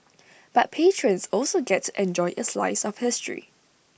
but patrons also get to enjoy A slice of history